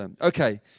Okay